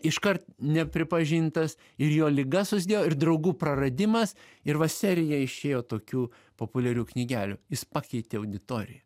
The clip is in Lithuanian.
iškart nepripažintas ir jo liga susidėjo ir draugų praradimas ir va serija išėjo tokių populiarių knygelių jis pakeitė auditoriją